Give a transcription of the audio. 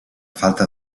falta